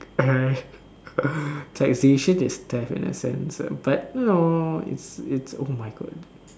uh taxation is death in a sense but you know it's it's oh my God